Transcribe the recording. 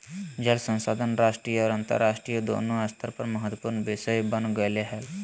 जल संसाधन राष्ट्रीय और अन्तरराष्ट्रीय दोनों स्तर पर महत्वपूर्ण विषय बन गेले हइ